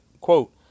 quote